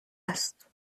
است